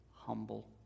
humble